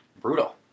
Brutal